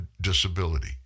disability